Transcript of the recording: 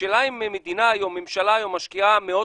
השאלה אם המדינה היום משקיעה מאות